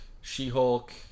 She-Hulk